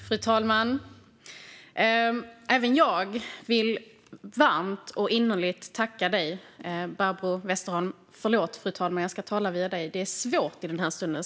Fru talman! Även jag vill varmt och innerligt tacka dig, Barbro Westerholm. Förlåt, fru talman, men det är svårt att tala via talmannen i den här stunden.